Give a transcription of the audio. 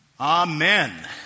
Amen